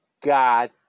God